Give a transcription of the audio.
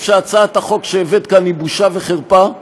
שהצעת החוק שהבאת כאן היא בושה וחרפה,